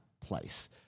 place